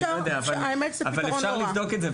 אבל אפשר לבדוק את זה.